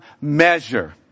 measure